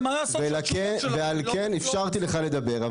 ועל כן אפשרתי לך לדבר.